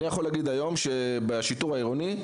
אני יכול להגיד היום שבשיטור העירוני,